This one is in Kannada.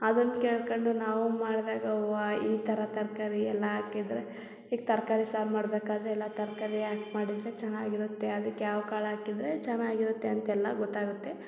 ಅದನ್ನು ಕೇಳ್ಕೊಂಡು ನಾವು ಮಾಡಿದಾಗ ಓ ಈ ಥರ ತರಕಾರಿ ಎಲ್ಲ ಹಾಕಿದ್ರೆ ಈಗ ತರಕಾರಿ ಸಾರು ಮಾಡ್ಬೇಕಾದ್ರೆ ಎಲ್ಲ ತರಕಾರಿ ಹಾಕ್ ಮಾಡಿದರೆ ಚೆನ್ನಾಗಿರುತ್ತೆ ಅದಕ್ಕೆ ಯಾವ ಕಾಳು ಹಾಕಿದ್ರೆ ಚೆನ್ನಾಗಿರುತ್ತೆ ಅಂತೆಲ್ಲ ಗೊತ್ತಾಗುತ್ತೆ